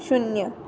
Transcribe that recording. शुन्य